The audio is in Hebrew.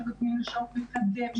שהם נותנים שעות מקדם,